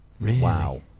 Wow